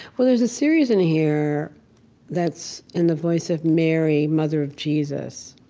well, there's a series in here that's in the voice of mary, mother of jesus.